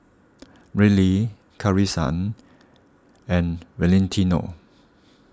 Rylee Carisa and Valentino